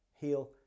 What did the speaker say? heal